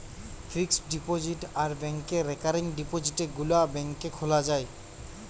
fixed deposit আর ব্যাংকে recurring ডিপোজিটে গুলা ব্যাংকে খোলা যায়